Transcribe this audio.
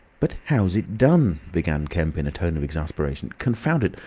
but how's it done? began kemp, in a tone of exasperation. confound it!